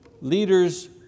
leaders